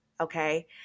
okay